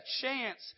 chance